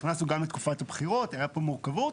נכנסו גם לתקופה בחירות, הייתה פה מורכבות,